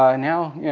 ah and now, yeah